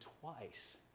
twice